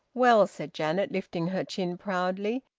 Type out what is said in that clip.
well, said janet, lifting her chin proudly,